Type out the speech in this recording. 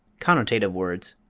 connotative words,